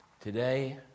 Today